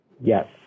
Yes